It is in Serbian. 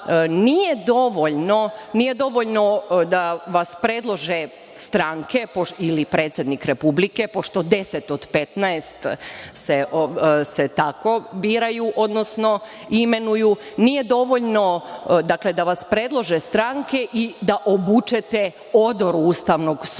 nije dovoljno da vas predlože stranke ili predsednik Republike, pošto deset od 15 se biraju, odnosno imenuju, nije dovoljno da vas predlože stranke i da obučete odoru ustavnog sudije.